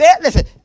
Listen